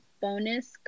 bonus